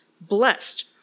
blessed